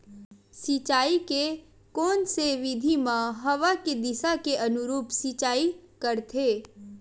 सिंचाई के कोन से विधि म हवा के दिशा के अनुरूप सिंचाई करथे?